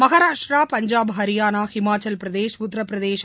Maharashtra Punjab Haryana இமாச்சவபிரதேஷ்ன Uttar Pradesh